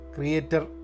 Creator